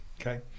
Okay